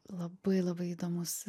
labai labai įdomus